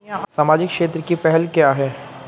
सामाजिक क्षेत्र की पहल क्या हैं?